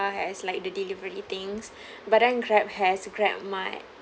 has like the delivery things but then Grab has Grabmart